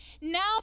now